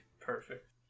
Perfect